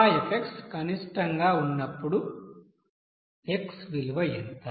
ఆ f కనిష్టంగా ఉన్నప్పుడు x విలువ ఎంత